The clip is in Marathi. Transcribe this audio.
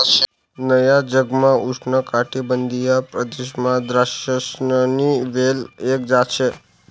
नया जगमा उष्णकाटिबंधीय प्रदेशमा द्राक्षसनी वेल एक जात शे